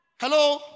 Hello